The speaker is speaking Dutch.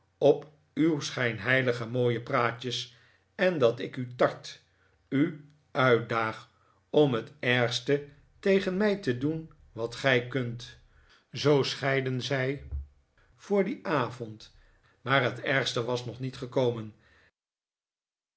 op uw schijnheilige mooie praatjes en dat ik u tart u uitdaag om het ergste tegen mij te doen wat gij kunt zoo scheidden zij voor dien avond maar het ergste was nog niet gekomen